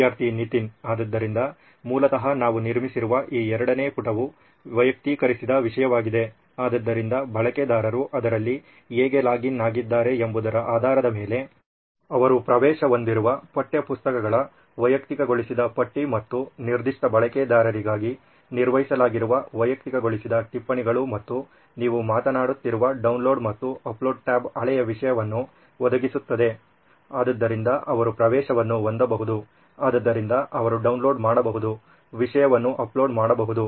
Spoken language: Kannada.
ವಿದ್ಯಾರ್ಥಿ ನಿತಿನ್ ಆದ್ದರಿಂದ ಮೂಲತಃ ನಾವು ನಿರ್ಮಿಸಿರು ಈ ಎರಡನೇ ಪುಟವು ವೈಯಕ್ತೀಕರಿಸಿದ ವಿಷಯವಾಗಿದೆ ಆದ್ದರಿಂದ ಬಳಕೆದಾರರು ಅದರಲ್ಲಿ ಹೇಗೆ ಲಾಗಿನ್ ಆಗಿದ್ದಾರೆ ಎಂಬುದರ ಆಧಾರದ ಮೇಲೆ ಅವರು ಪ್ರವೇಶ ಹೊಂದಿರುವ ಪಠ್ಯಪುಸ್ತಕಗಳ ವೈಯಕ್ತಿಕಗೊಳಿಸಿದ ಪಟ್ಟಿ ಮತ್ತು ನಿರ್ದಿಷ್ಟ ಬಳಕೆದಾರರಿಗಾಗಿ ನಿರ್ವಹಿಸಲಾಗಿರುವ ವೈಯಕ್ತಿಕಗೊಳಿಸಿದ ಟಿಪ್ಪಣಿಗಳು ಮತ್ತು ನೀವು ಮಾತನಾಡುತ್ತಿರುವ ಡೌನ್ಲೋಡ್ ಮತ್ತು ಅಪ್ಲೋಡ್ ಟ್ಯಾಬ್ ಹಳೆಯ ವಿಷಯವನ್ನು ಒದಗಿಸುತ್ತದೆ ಅದರಿಂದ ಅವರು ಪ್ರವೇಶವನ್ನು ಹೊಂದಬಹುದು ಅದರಿಂದ ಅವರು ಡೌನ್ಲೋಡ್ ಮಾಡಬಹುದು ವಿಷಯವನ್ನು ಅಪ್ಲೋಡ್ ಮಾಡಬಹುದು